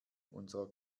unserer